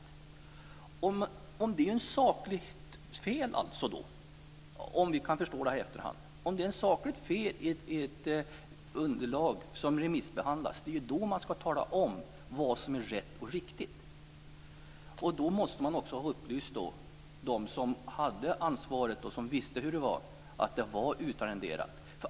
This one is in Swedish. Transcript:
Det är ju just om det är ett sakligt fel - som vi förstår det i efterhand - i ett underlag som remissbehandlas som man skall tala om vad som är rätt och riktigt. Då borde också de som hade ansvaret och som visste hur det var ha upplyst om att det här var utarrenderat.